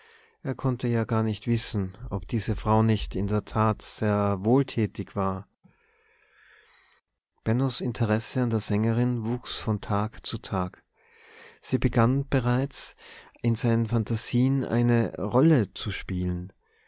er konnte ja gar nicht wissen ob diese frau nicht in der tat sehr wohltätig war bennos interesse an der sängerin wuchs von tag zu tag sie begann bereits in seinen phantasien eine rolle zu spielen